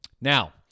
now